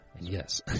Yes